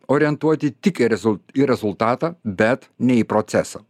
orientuoti tik į rezul į rezultatą bet ne į procesą